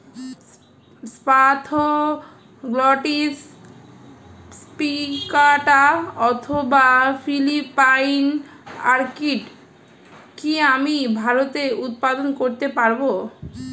Spathoglottis plicata অথবা Philippine orchid কি আমি ভারতে উৎপাদন করতে পারবো?